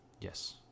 Yes